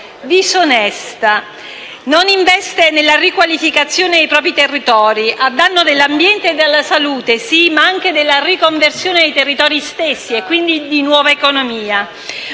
disonesta: non investe nella riqualificazione dei propri territori, a danno dell'ambiente e della salute, sì, ma anche della riconversione dei territori stessi e quindi della nuova economia.